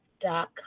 dot